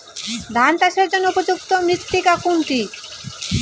ধান চাষের জন্য উপযুক্ত মৃত্তিকা কোনটি?